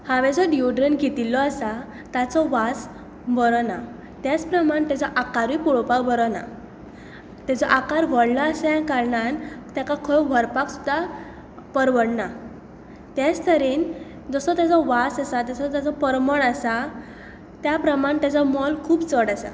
हांवें जो डिओड्रंट घेतिल्लो आसा ताचो वास बरो ना तेच प्रमाण ताचो आकारूय पळोपाक बरो ना ताजो आकार व्हडलो आसल्या कारणान ताका खंय व्हरपाक सुद्दां परवडना तेच तरेन जसो ताजो वास आसा जसो ताजो परमळ आसा त्या प्रमाण ताचें मोल खूब चड आसा